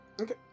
Okay